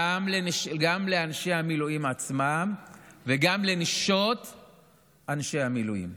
גם לאנשי המילואים עצמם וגם לנשות אנשי המילואים.